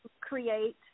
create